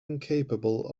incapable